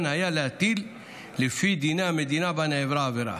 היה להטיל לפי דיני המדינה שבה נעברה העבירה.